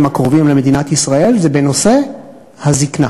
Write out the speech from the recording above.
הקרובים במדינת ישראל זה בנושא הזיקנה,